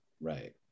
Right